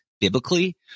biblically